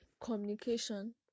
communication